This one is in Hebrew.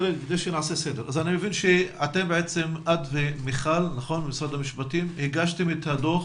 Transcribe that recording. אני מבין שאת ומיכל הגשתן את הדוח